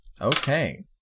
Okay